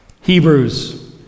Hebrews